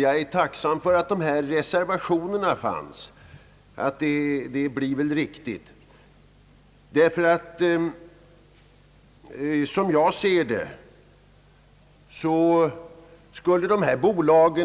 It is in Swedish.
Jag är tacksam för de reservationer som ligger i sådana uttryck. Som jag ser det skulle ifrågavarande bolag